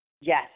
Yes